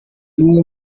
iwe